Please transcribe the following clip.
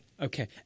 Okay